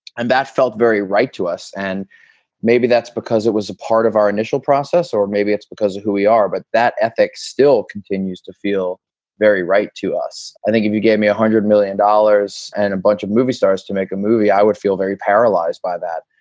and that felt very right to us. and maybe that's because it was a part of our initial process, or maybe it's because of who we are, but that ethics still continues to feel very right to us. i think if you gave me one ah hundred million dollars and a bunch of movie stars to make a movie, i would feel very paralyzed by that,